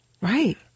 Right